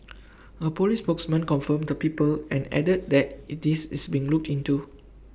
A Police spokesman confirmed the people and added that IT is is being looked into